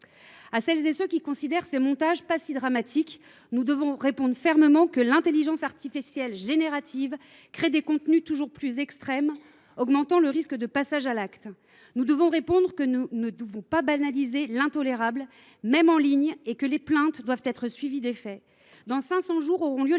À celles et à ceux pour qui ces montages ne seraient « pas si dramatiques », nous devons répondre fermement que l’intelligence artificielle générative crée des contenus toujours plus extrêmes, augmentant le risque de passage à l’acte. Nous ne devons pas banaliser l’intolérable, même en ligne ; les plaintes doivent être suivies d’effets. Dans 500 jours auront lieu les